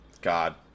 God